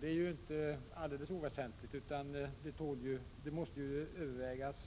Det är ju inte alldeles oväsentligt, och även den frågan måste övervägas.